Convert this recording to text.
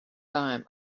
time